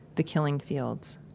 the killing fields.